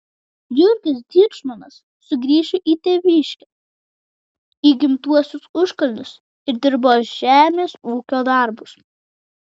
jurgis dyčmonas sugrįžo į tėviškę į gimtuosius užkalnius ir dirbo žemės ūkio darbus